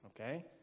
Okay